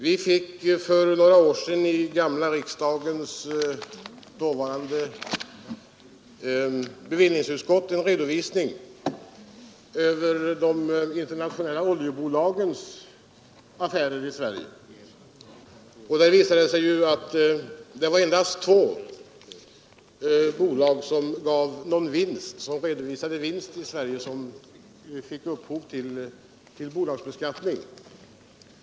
Vi fick för några år sedan i gamla riksdagens dåvarande bevillningsutskott en redovisning av de internationella oljebolagens affärer i Sverige. Det visade sig att det endast var två bolag som i Sverige redovisade vinst som gav upphov till bolagsbeskattning.